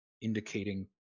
indicating